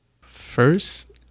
First